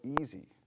easy